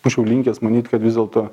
būčiau linkęs manyt kad vis dėlto